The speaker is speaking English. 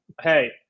Hey